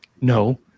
No